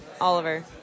Oliver